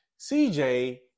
CJ